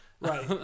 Right